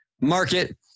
market